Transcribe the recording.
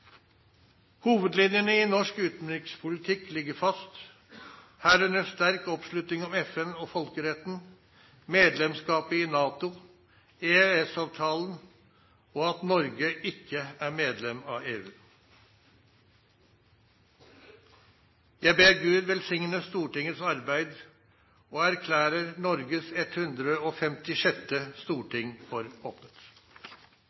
Hovedlinjene i norsk utenrikspolitikk ligger fast, herunder sterk oppslutning om FN og folkeretten, medlemskapet i NATO, EØS-avtalen og at Norge ikke er medlem av EU. Jeg ber Gud velsigne Stortingets arbeid, og erklærer Norges